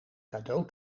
cadeau